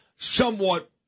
somewhat